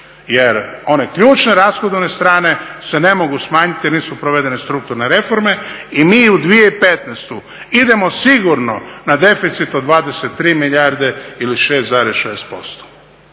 Jer one ključne rashodovne strane se ne mogu smanjiti jer nisu provedene strukturne reforme i mi u 2015.idemo sigurno na deficit od 23 milijarde ili 6,6%.